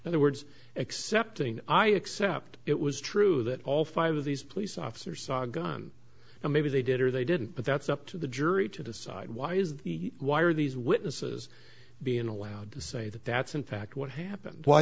in other words accepting i accept it was true that all five of these police officers saw a gun so maybe they did or they didn't but that's up to the jury to decide why is the why are these witnesses being allowed to say that that's in fact what happened w